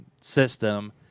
system